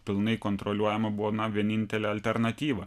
pilnai kontroliuojama buvo na vienintelė alternatyva